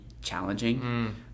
challenging